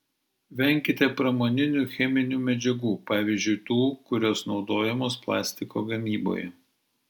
venkite pramoninių cheminių medžiagų pavyzdžiui tų kurios naudojamos plastiko gamyboje